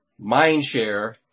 mindshare